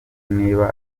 niba